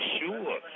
sure